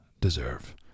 deserve